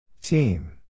Team